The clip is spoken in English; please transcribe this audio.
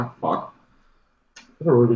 fuck